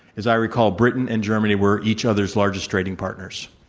as i recall, britain and germany were each other's largest trading partners.